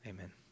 Amen